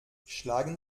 schlagen